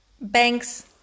Banks